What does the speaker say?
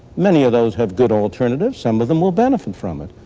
many of those have good alternatives. some of them will benefit from it.